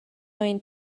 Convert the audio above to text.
going